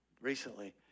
recently